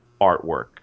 artwork